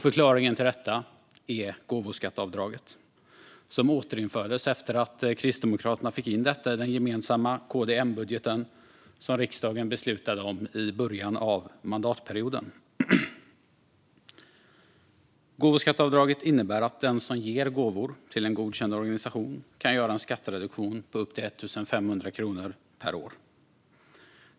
Förklaringen till detta är gåvoskatteavdraget, som återinfördes efter att Kristdemokraterna fick in det i den gemensamma KD-M-budgeten, som riksdagen beslutade om i början av mandatperioden. Gåvoskatteavdraget innebär att den som ger gåvor till en godkänd organisation kan göra en skattereduktion på upp till 1 500 kronor per år.